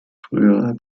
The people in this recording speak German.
früherer